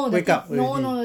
wake up already